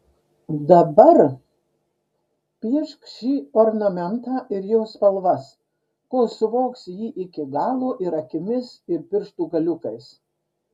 dabar piešk šį ornamentą ir jo spalvas kol suvoksi jį iki galo ir akimis ir pirštų galiukais